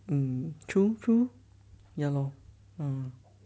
mm true true ya lor mm